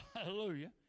Hallelujah